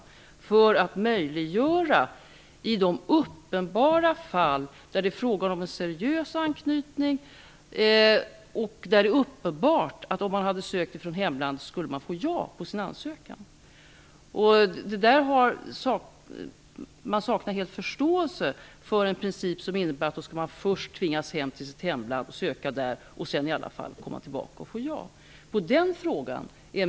Det gör vi för att möjliggöra för sökande att få stanna i de fall där det är fråga om seriös anknytning och där det är uppenbart att man skulle få ja på sin ansökan om man hade sökt från hemlandet. Man saknar helt förståelse för en princip som innebär att man först tvingas hem till sitt hemland för att söka där och sedan i alla fall får komma tillbaka för att få ja.